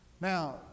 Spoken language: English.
Now